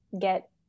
get